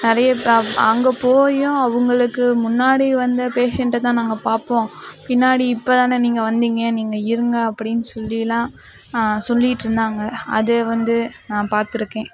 நிறைய பிராப் அங்கே போயும் அவங்களுக்கு முன்னாடி வந்த பேஷன்ட்டை தான் நாங்கள் பார்ப்போம் பின்னாடி இப்போதான நீங்கள் வந்திங்க நீங்கள் இருங்க அப்படினு சொல்லியெலாம் சொல்லிக்கிட்டிருந்தாங்க அதை வந்து நான் பார்த்துருக்கேன்